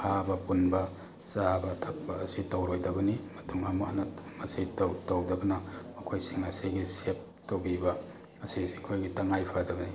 ꯐꯥꯕ ꯄꯨꯟꯕ ꯆꯥꯕ ꯊꯛꯄ ꯑꯁꯤ ꯇꯧꯔꯣꯏꯗꯕꯅꯤ ꯃꯇꯨꯡ ꯑꯃꯨꯛ ꯍꯟꯅ ꯃꯁꯤ ꯇꯧꯗꯕꯅ ꯃꯈꯣꯏꯁꯤꯡ ꯑꯁꯤꯒꯤ ꯁꯦꯐ ꯇꯧꯕꯤꯕ ꯑꯁꯤ ꯑꯨꯈꯣꯏꯒꯤ ꯇꯉꯥꯏ ꯐꯗꯕꯅꯤ